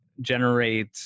generate